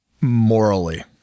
morally